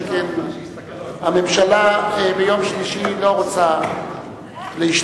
שכן הממשלה ביום שלישי לא רוצה להשתמש